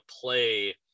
play